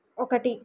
ఒకటి